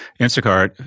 Instacart